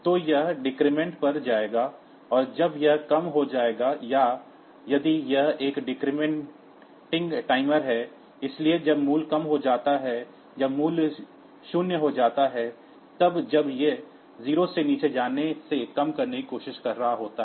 तो यह डिक्रिमेंटिंग पर जाएगा और जब यह कम हो जाएगा या यदि यह एक डीक्रिमिंग टाइमर है इसलिए जब मूल्य कम हो जाता है जब मूल्य 0 हो जाता है तब जब यह 0 से नीचे जाने से कम करने की कोशिश कर रहा होता है